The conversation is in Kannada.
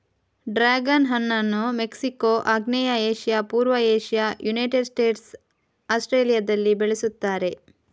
ಡ್ರ್ಯಾಗನ್ ಹಣ್ಣನ್ನು ಮೆಕ್ಸಿಕೋ, ಆಗ್ನೇಯ ಏಷ್ಯಾ, ಪೂರ್ವ ಏಷ್ಯಾ, ಯುನೈಟೆಡ್ ಸ್ಟೇಟ್ಸ್, ಆಸ್ಟ್ರೇಲಿಯಾದಲ್ಲಿ ಬೆಳೆಸುತ್ತಾರೆ